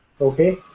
Okay